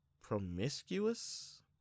promiscuous